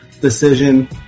decision